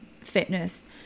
fitness